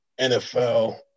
NFL